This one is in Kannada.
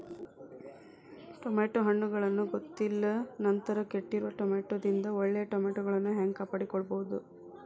ಟಮಾಟೋ ಹಣ್ಣುಗಳನ್ನ ಗೊತ್ತಿಲ್ಲ ನಂತರ ಕೆಟ್ಟಿರುವ ಟಮಾಟೊದಿಂದ ಒಳ್ಳೆಯ ಟಮಾಟೊಗಳನ್ನು ಹ್ಯಾಂಗ ಕಾಪಾಡಿಕೊಳ್ಳಬೇಕರೇ?